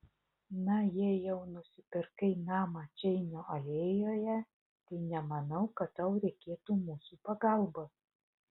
na jei jau nusipirkai namą čeinio alėjoje tai nemanau kad tau reikėtų mūsų pagalbos